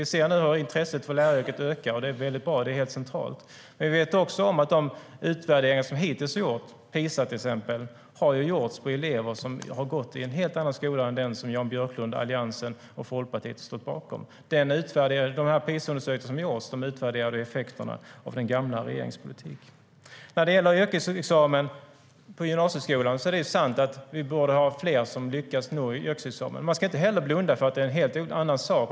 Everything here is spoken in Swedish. Vi ser nu hur intresset för läraryrket ökar, och det är väldigt bra - det är helt centralt. När det gäller yrkesexamen på gymnasieskolan är det sant att det borde vara fler som lyckas nå yrkesexamen. Man ska inte heller blunda för att det är en helt annan sak.